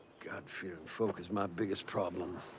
god fearing folk is my biggest problem.